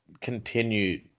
continue